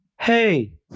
Hey